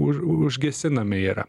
už užgesinami yra